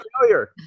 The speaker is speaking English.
failure